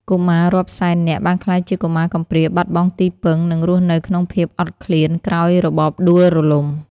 កុមាររាប់សែននាក់បានក្លាយជាកុមារកំព្រា បាត់បង់ទីពឹង និងរស់នៅក្នុងភាពអត់ឃ្លានក្រោយរបបដួលរំលំ។